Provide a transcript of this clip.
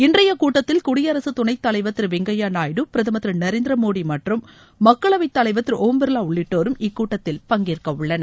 இன்றைய கூட்டத்தில் குடியரசுத் துணைத் தலைவர் திரு வெங்கையா நாயுடு பிரதமர் திரு நரேந்திர மோடி மற்றும் மக்களவை தலைவர் திரு ஒம் பிர்வா உள்ளிட்டோரும் இக்கூட்டத்தில் பங்கேற்க உள்ளனர்